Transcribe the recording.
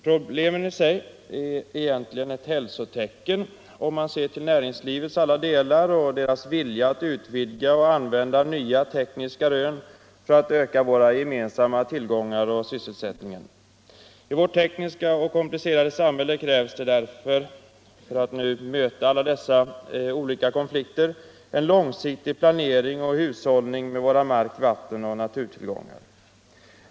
Problemen i sig är egentligen ett hälsotecken, om man ser till näringslivets alla delar och deras vilja att utvidga och använda nya tekniska rön för att öka våra gemensamma tillgångar och sysselsättningen. I vårt tekniska och komplicerade samhälle krävs det därför, för att möta alla dessa olika konflikter, en långsiktig planering och hushållning med våra mark-, vattenoch naturtillgångar.